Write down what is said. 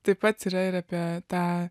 taip pat yra ir apie tą